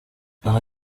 aha